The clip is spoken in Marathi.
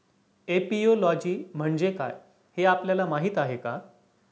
एपियोलॉजी म्हणजे काय, हे आपल्याला माहीत आहे का?